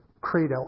Credo